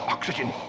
Oxygen